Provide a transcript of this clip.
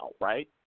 Right